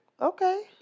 Okay